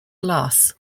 glass